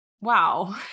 wow